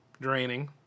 Draining